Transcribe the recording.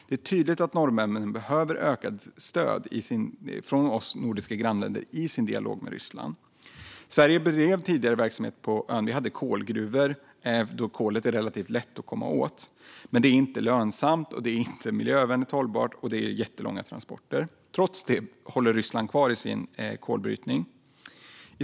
Det är tydligt att norrmännen behöver ökat stöd från sina nordiska grannländer i sin dialog med Ryssland. Sverige bedrev tidigare verksamhet på ögruppen. Vi hade kolgruvor, då kolet är relativt lätt att komma åt. Det är dock inte lönsamt och inte miljömässigt hållbart, och transporterna är jättelånga. Trots detta håller Ryssland fast vid sin kolbrytning.